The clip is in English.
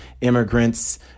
immigrants